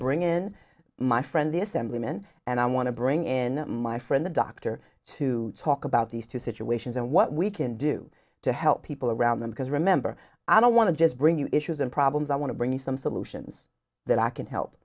bring in my friend the assemblyman and i want to bring in my friend the doctor to talk about these two situations and what we can do to help people around them because remember i don't want to just bring you issues and problems i want to bring you some solutions that i can help